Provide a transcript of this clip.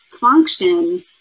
function